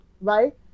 right